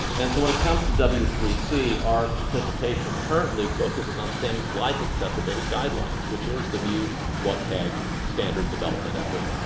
and so when it comes to w three c our participation currently focuses on things like accessibility guidelines, which is the new wcag standard development effort.